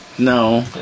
no